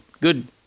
good